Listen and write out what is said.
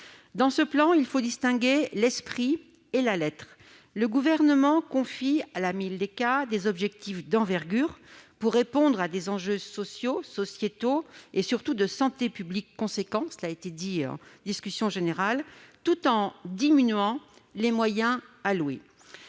Dans ce plan, il faut distinguer l'esprit et la lettre. Le Gouvernement confie à la Mildeca des objectifs d'envergure, afin de répondre à des enjeux sociaux, sociétaux et surtout de santé publique considérables- cela a été dit en discussion générale -, tout en diminuant les moyens qui